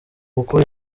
kuko